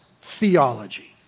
theology